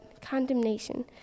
condemnation